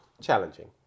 Challenging